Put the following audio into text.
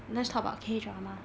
let's talk about K drama